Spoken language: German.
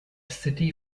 city